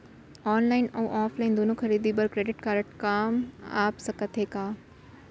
Online अऊ offline दूनो खरीदी बर क्रेडिट कारड काम आप सकत हे का?